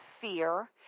fear